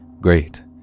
Great